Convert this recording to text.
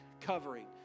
covering